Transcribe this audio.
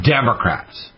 Democrats